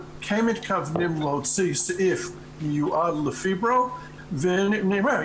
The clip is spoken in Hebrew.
כן מתכוונים להוציא סעיף ייעודי לפיברו ואני אומר,